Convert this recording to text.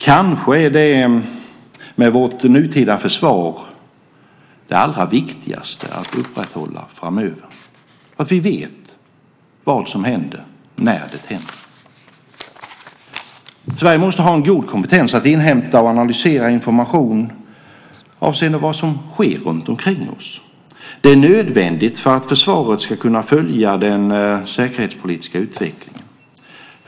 Kanske är detta det allra viktigaste att upprätthålla framöver med vårt nuvarande försvar, att vi vet vad som händer när det händer. Sverige måste ha en god kompetens för att inhämta och analysera information avseende vad som sker runtomkring oss. Det är nödvändigt för att försvaret ska kunna följa den säkerhetspolitiska utvecklingen.